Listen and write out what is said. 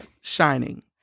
Shining